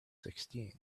sixteen